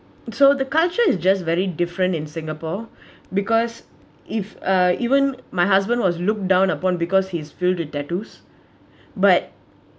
so the culture is just very different in singapore because if uh even my husband was look down upon because he's filled with tattoos but